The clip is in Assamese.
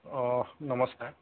অঁ নমস্কাৰ